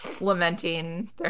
lamenting